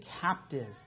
captive